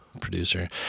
producer